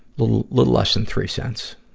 little little less than three cents.